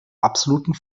absoluten